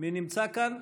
מי נמצא כאן?